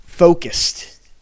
focused